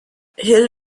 hill